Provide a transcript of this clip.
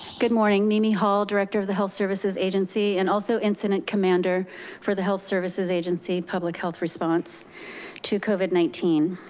good morning, mimi hall, director of the health services agency, and also incident commander for the health services agency public health response to covid nineteen.